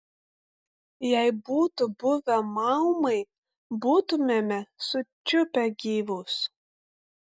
jei būtų buvę maumai būtumėme sučiupę gyvus